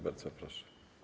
Bardzo proszę.